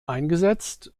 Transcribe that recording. eingesetzt